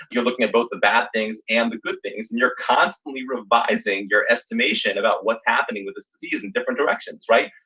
you're looking at both the bad things and the good things, and you're constantly revising your estimation about what's happening with the city in different directions. right.